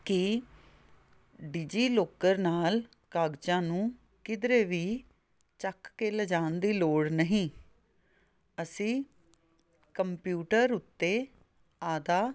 ਕਿ ਡਿਜੀਲੋਕਰ ਨਾਲ ਕਾਗਜ਼ਾਂ ਨੂੰ ਕਿਧਰੇ ਵੀ ਚੱਕ ਕੇ ਲਿਜਾਣ ਦੀ ਲੋੜ ਨਹੀਂ ਅਸੀਂ ਕੰਪਿਊਟਰ ਉੱਤੇ ਆਪਦਾ